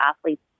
athletes